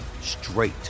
straight